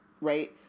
Right